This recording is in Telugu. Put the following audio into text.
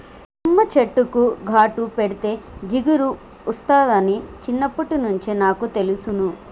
తుమ్మ చెట్టుకు ఘాటు పెడితే జిగురు ఒస్తాదని చిన్నప్పట్నుంచే నాకు తెలుసును